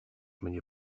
mnie